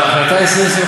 הצפון